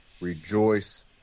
Rejoice